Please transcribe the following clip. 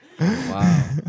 Wow